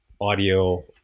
audio